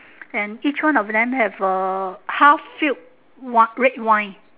and each one of them have uh half filled red wine